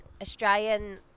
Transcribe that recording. Australian